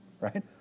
right